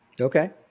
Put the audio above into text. Okay